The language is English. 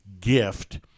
gift